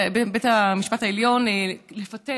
המשפט העליון לפטר,